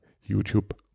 YouTube